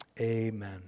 Amen